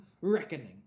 reckoning